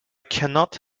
cannot